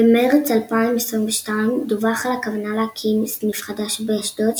ב-מרץ 2022 דווח על הכוונה להקים סניף חדש באשדוד,